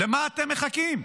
למה אתם מחכים?